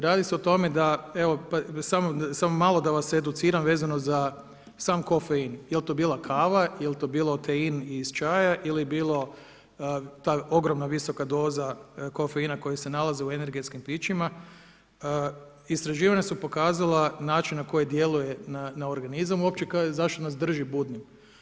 Radi se o tome, da, evo, samo malo da vas educiram, vezano za sam kofein, jel to bila kava, jel to bio otein iz čaja ili bilo ta ogromna visoka doza, kofeina koja se nalaze u energetskim pićima, istraživanja su pokazala način na koje djeluje na organizam i uopće zašto nas drže budnim.